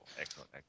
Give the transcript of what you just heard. Excellent